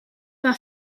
war